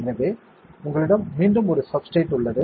எனவே உங்களிடம் மீண்டும் ஒரு சப்ஸ்ட்ரேட் உள்ளது